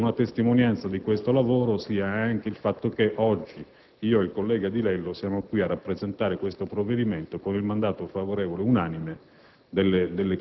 Credo che una testimonianza di questo lavoro sia anche il fatto che oggi io e il collega Di Lello Finuoli siamo qui a rappresentare questo provvedimento con il mandato favorevole unanime